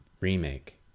remake